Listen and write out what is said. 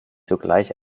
sogleich